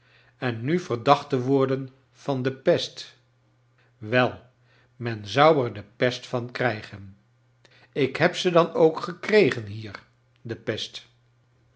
en nu verdacht te worden van de pest i wel men zou er de pest van krijgen ik heb ze dan ook gekregen hier de pest